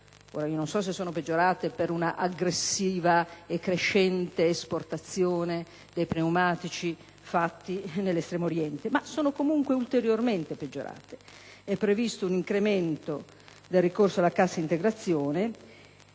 Ora, non so se questo è dovuto ad un'aggressiva e crescente esportazione dei pneumatici prodotti in Estremo Oriente, ma sono comunque ulteriormente peggiorate. È previsto un incremento del ricorso alla cassa integrazione,